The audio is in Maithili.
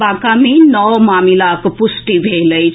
बांका मे नओ मामिलाक पुष्टि भेल अछि